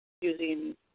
using